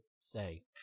say